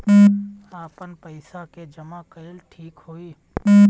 आपन पईसा के जमा कईल ठीक होई?